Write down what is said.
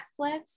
Netflix